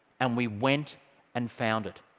and we went and found it.